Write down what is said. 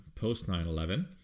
post-9-11